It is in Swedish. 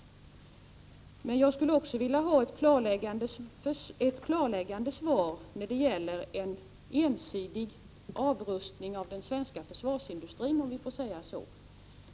Jag skulle också vilja ha ett klarläggande svar när det gäller en ensidig avrustning av den svenska försvarsindustrin, om jag får säga så.